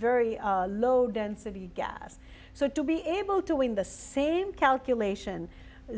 very low density gas so to be able to win the same calculation